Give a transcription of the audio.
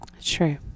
True